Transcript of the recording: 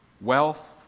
Wealth